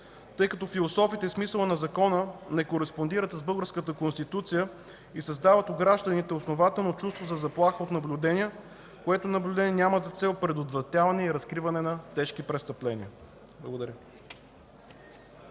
тъй като философията и смисълът на Закона не кореспондират с българската Конституция и създават у гражданите основателно чувство за заплаха от наблюдение, което наблюдение няма за цел предотвратяване и разкриване на тежки престъпления. Благодаря.